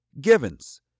Givens